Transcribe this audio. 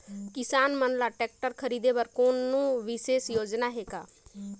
किसान मन ल ट्रैक्टर खरीदे बर कोनो विशेष योजना हे का?